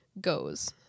goes